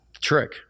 trick